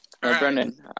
Brendan